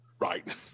Right